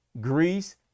Greece